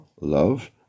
love